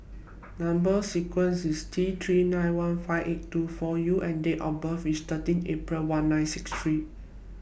Number sequence IS T three nine one five eight two four U and Date of birth IS thirteen April one nine six three